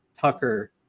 Tucker